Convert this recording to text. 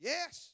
Yes